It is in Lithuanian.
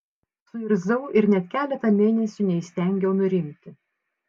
suirzau ir net keletą mėnesių neįstengiau nurimti